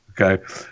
Okay